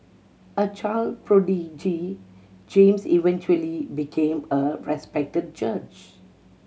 a child prodigy James eventually became a respected judge